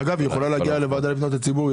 אגב, היא יכולה להגיע לוועדה לפניות הציבור.